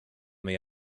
the